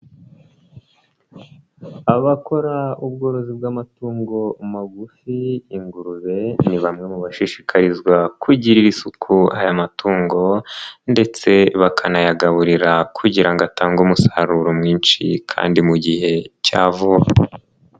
Abakora ubworozi bw'amatungo magufi, ingurube, ni bamwe mu bashishikarizwagirira isuku aya matungo ndetse bakanayagaburira kugira ngo atange umusaruro mwinshi kandi mu gihe cya vuba.